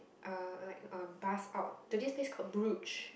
uh like a bus out to this place called Bruges